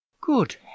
good